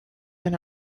and